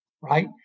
Right